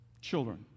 children